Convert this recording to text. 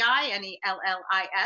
N-E-L-L-I-S